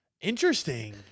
Interesting